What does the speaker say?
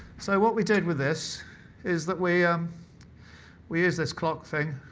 so what we did with this is that we ah um we use this clock thing